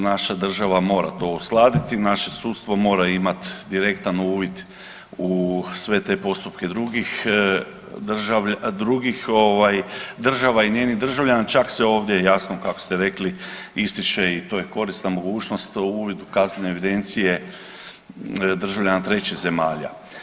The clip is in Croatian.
Naša država mora to uskladiti, naše sudstvo mora imat direktan uvid u sve te postupke drugih država i njenih državljana, čak se ovdje jasno kako ste rekli ističe i to je korisna mogućnost uvid u kaznene evidencije državljana trećih zemalja.